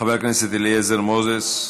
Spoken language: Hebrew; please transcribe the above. חבר הכנסת אליעזר מוזס,